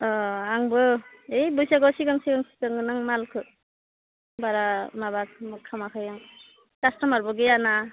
आंबो ओइ बैसागु सिगां सिगांसो सोगोन आं मालखो बारा माबा खामाखै आं कास्ट'मारबो गैयाना